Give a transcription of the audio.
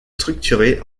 structuré